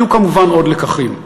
היו כמובן עוד לקחים.